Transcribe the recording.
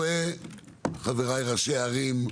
חבריי ראשי הערים,